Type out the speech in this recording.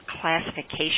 classification